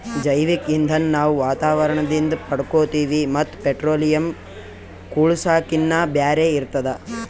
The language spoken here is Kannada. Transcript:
ಜೈವಿಕ್ ಇಂಧನ್ ನಾವ್ ವಾತಾವರಣದಿಂದ್ ಪಡ್ಕೋತೀವಿ ಮತ್ತ್ ಪೆಟ್ರೋಲಿಯಂ, ಕೂಳ್ಸಾಕಿನ್ನಾ ಬ್ಯಾರೆ ಇರ್ತದ